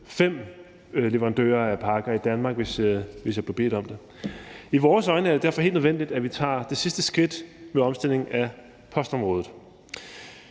fem leverandører af pakker i Danmark, hvis jeg blev bedt om det. I vores øjne er det derfor helt nødvendigt, at vi tager det sidste skridt ved omstillingen af postområdet.